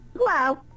hello